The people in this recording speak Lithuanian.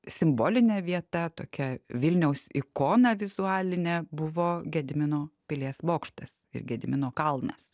simbolinė vieta tokia vilniaus ikona vizualinė buvo gedimino pilies bokštas ir gedimino kalnas